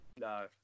No